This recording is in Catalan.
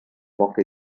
poca